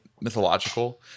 mythological